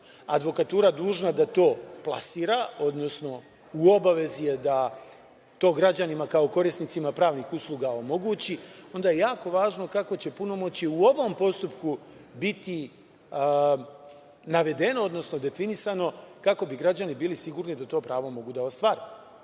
advokatura dužna da to plasira, odnosno u obavezi je da to građanima kao korisnicima pravnih usluga omogući, onda je jako važno kako će punomoćje u ovom postupku biti navedeno, odnosno definisano kako bi građani bili sigurni da to pravo mogu da ostvare,